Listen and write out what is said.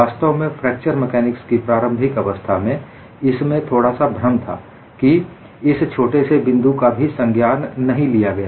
वास्तव में fracture mechanics की प्रारंभिक अवस्था में इसमें थोड़ा सा भ्रम था की इस छोटे से बिंदु का भी संज्ञान नहीं लिया गया